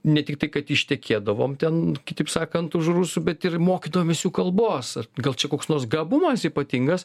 ne tiktai kad ištekėdavom ten kitaip sakant už rusų bet ir mokydavomės jų kalbos gal čia koks nors gabumas ypatingas